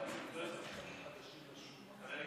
כבוד השרים, חברי